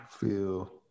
feel